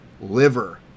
liver